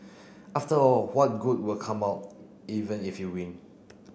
after all what good will come out even if you win